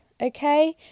okay